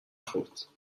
خورد